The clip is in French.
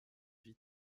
vie